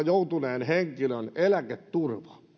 joutuneen henkilön eläketurva